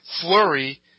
flurry –